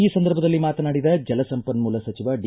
ಈ ಸಂದರ್ಭದಲ್ಲಿ ಮಾತನಾಡಿದ ಜಲ ಸಂಪನ್ನೂಲ ಸಚಿವ ಡಿ